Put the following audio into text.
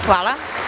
Hvala.